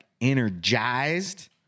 energized